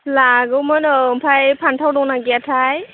लागौमोन औ ओमफ्राय फान्थाव दंना गैयाथाय